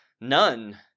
none